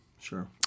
sure